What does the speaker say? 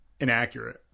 inaccurate